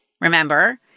remember